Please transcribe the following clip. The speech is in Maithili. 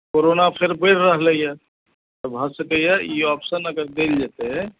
कोरोना फेर बढ़ि रहलैया भऽ सकैया ई आप्शन अगर देल जेतै